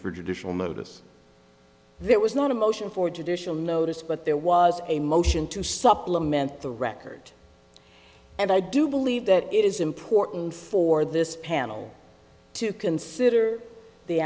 judicial notice there was not a motion for judicial notice but there was a motion to supplement the record and i do believe that it is important for this panel to consider the